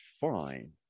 fine